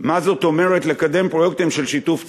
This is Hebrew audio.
מה זאת אומרת לקדם פרויקטים של שיתוף ציבור: